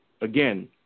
again